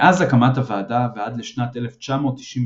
מאז הקמת הוועדה ועד לשנת 1992,